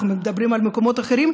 אנחנו מדברים על מקומות אחרים,